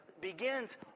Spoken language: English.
begins